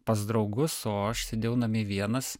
pas draugus o aš sėdėjau namie vienas